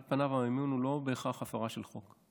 על פניו המימון הוא לא בהכרח הפרה של חוק,